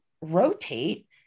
rotate